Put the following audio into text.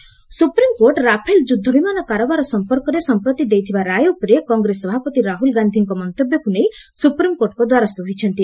SC Rafale ଲେଖି supreme court Rafale ଯୁଦ୍ଧବିମାନ କାରବାର ସମ୍ପର୍କରେ ସଂପ୍ରତି ଦେଇଥିବା ରାୟ ଉପରେ କଂଗ୍ରେସ ସଭାପତି ରାହ୍ରଳ ଗାନ୍ଧୀଙ୍କ ମନ୍ତବ୍ୟକୃ ନେଇ ସୁପ୍ରିମକୋର୍ଟଙ୍କ ଦ୍ୱାରସ୍ଥ ହୋଇଛନ୍ତି